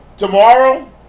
Tomorrow